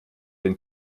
den